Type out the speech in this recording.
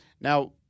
Now –